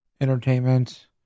entertainment